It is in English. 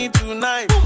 tonight